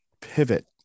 pivot